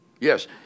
Yes